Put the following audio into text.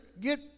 get